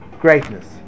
greatness